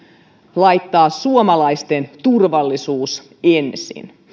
laittaa suomalaisten turvallisuus ensin